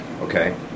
okay